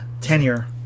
tenure